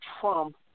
Trump